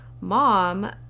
mom